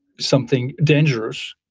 something dangerous,